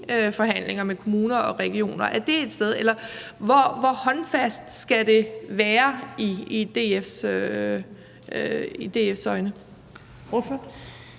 økonomiforhandlinger med kommuner og regioner – er det et sted? Eller hvor håndfast skal det være i DF's øjne?